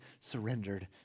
surrendered